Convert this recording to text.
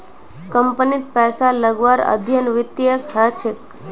कम्पनीत पैसा लगव्वार अध्ययन वित्तत ह छेक